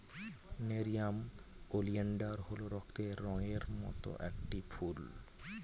nerium oleander হল রক্তের রঙের মত একটি ফুল